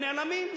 הם נעלמים,